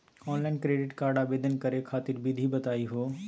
Online credit card आवेदन करे खातिर विधि बताही हो?